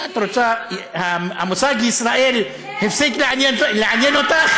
את רוצה, המושג "ישראל" הפסיק לעניין אותך?